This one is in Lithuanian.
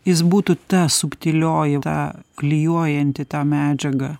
jis būtų ta subtilioji ta klijuojanti ta medžiaga